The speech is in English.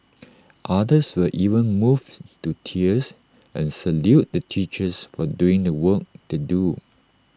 others were even moved to tears and saluted the teachers for doing the work they do